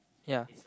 yeah